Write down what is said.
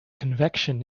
convection